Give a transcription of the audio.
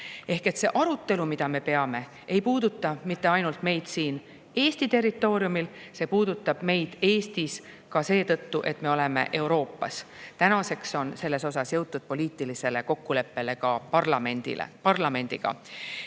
Ehk see arutelu, mida me peame, ei puuduta mitte ainult meid siin Eesti territooriumil. Ja see puudutab meid Eestis ka seetõttu, et me oleme Euroopas. Tänaseks on jõutud selles poliitilisele kokkuleppele ka parlamendiga.